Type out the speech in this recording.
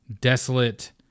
desolate